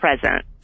present